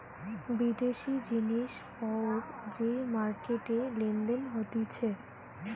বিদেশি জিনিস পত্তর যে মার্কেটে লেনদেন হতিছে